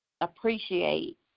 appreciate